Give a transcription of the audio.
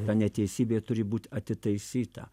ta neteisybė turi būt atitaisyta